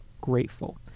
grateful